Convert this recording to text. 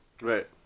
right